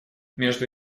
между